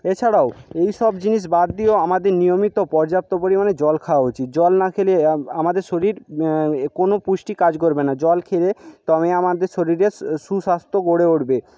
এছাড়াও এইসব জিনিস বাদ দিয়েও আমাদের নিয়মিত পর্যাপ্ত পরিমাণে জল খাওয়া উচিত জল না খেলে আমাদের শরীর কোন পুষ্টি কাজ করবে না জল খেলে তবে আমাদের শরীরে সুস্বাস্থ্য গড়ে উঠবে